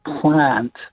plant